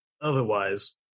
otherwise